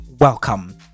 Welcome